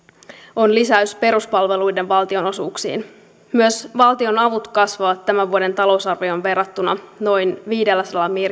on lisäys peruspalveluiden valtionosuuksiin myös valtionavut kasvavat tämän vuoden talousarvioon verrattuna noin viidelläsadalla